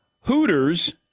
Hooters